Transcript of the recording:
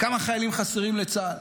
כמה חיילים חסרים לצה"ל?